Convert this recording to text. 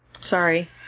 Sorry